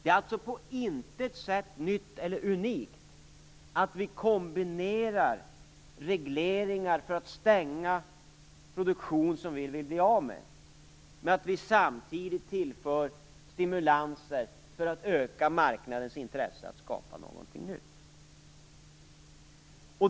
Det är på intet sätt nytt eller unikt att vi kombinerar regleringar för att stänga produktion vi vill bli av med, med att vi samtidigt tillför stimulanser för att öka marknadens intresse att skapa något nytt.